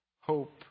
hope